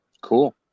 Cool